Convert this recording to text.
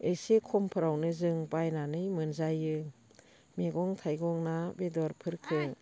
एसे खमफोरावनो जों बायनानै मोनजायो मैगं थायगं ना बेदरफोरखौ